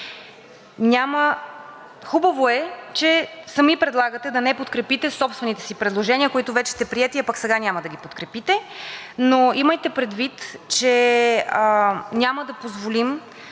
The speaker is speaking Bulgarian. Хубаво е, че сами предлагате да не подкрепите собствените си предложения, които вече са приети, а пък сега няма да ги подкрепите, но имайте предвид, че няма да Ви позволим